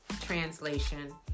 translation